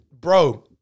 Bro